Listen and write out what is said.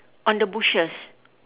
on the bushes